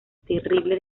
terrible